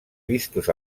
vistos